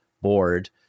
board